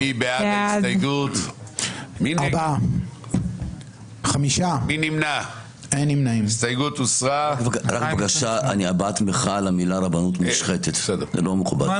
נצביע על הסתייגות 227. מי